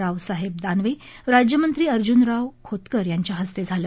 रावसाहेब दानवे राज्यमंत्री अर्जुनराव खोतकर यांच्या हस्ते झालं